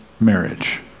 marriage